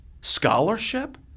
scholarship